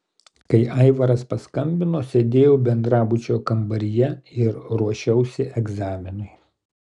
kai aivaras paskambino sėdėjau bendrabučio kambaryje ir ruošiausi egzaminui